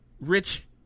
rich